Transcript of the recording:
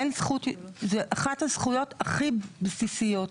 זו אחת הזכויות הכי בסיסיות,